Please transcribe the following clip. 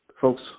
folks